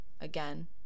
again